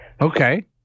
Okay